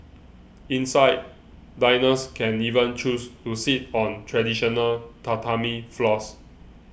inside diners can even choose to sit on traditional Tatami floors